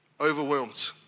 overwhelmed